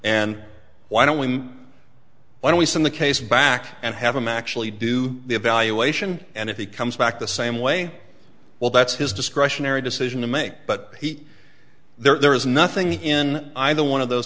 and why don't we why don't we send the case back and have them actually do the evaluation and if he comes back the same way well that's his discretionary decision to make but he there is nothing in either one of those